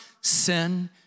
Sin